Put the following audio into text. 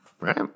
Right